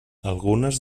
algunes